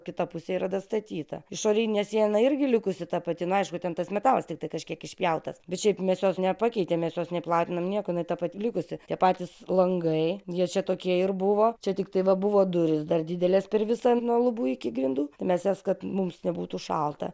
kita pusė yra dastatyta išorinė siena irgi likusi ta pati nu aišku ten tas metalas tiktai kažkiek išpjautas bet šiaip mes jos nepakeitėm mes jos nei platinom nieko ta pati likusi tie patys langai jie čia tokie ir buvo čia tiktai va buvo durys dar didelės per visą nuo lubų iki grindų mes jas kad mums nebūtų šalta